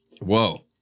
Whoa